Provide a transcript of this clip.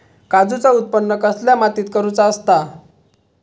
काजूचा उत्त्पन कसल्या मातीत करुचा असता?